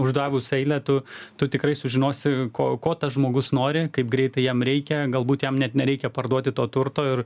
uždavus eilę tu tu tikrai sužinosi ko ko tas žmogus nori kaip greitai jam reikia galbūt jam net nereikia parduoti to turto ir